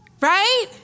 right